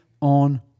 on